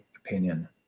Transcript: opinion